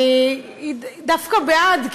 דווקא בעד,